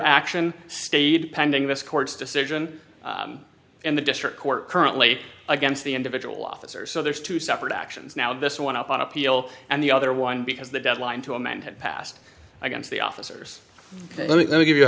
action stayed pending this court's decision in the district court currently against the individual officers so there's two separate actions now this one up on appeal and the other one because the deadline to amend it passed against the officers let me give you